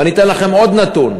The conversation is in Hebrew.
ואני אתן לכם עוד נתון: